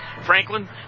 franklin